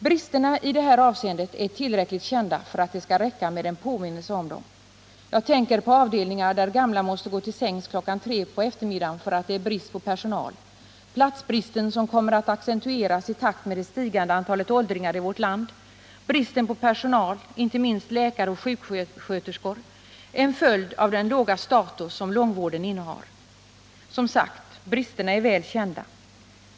Bristerna i det här avseendet är tillräckligt kända för att det skall räcka med en påminnelse om dem. Jag tänker på avdelningar där gamla måste gå till sängs kl. 3 på eftermiddagen för att det är brist på personal, på platsbristen, som kommer att accentueras i takt med det stigande antalet åldringar i vårt land och på bristen på personal, inte minst läkare och sjuksköterskor, en följd av den låga status som långvården innehar. Som sagt: Bristerna är väl kända.